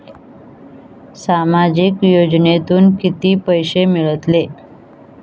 सामाजिक योजनेतून किती पैसे मिळतले?